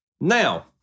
Now